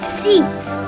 seats